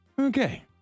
Okay